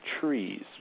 trees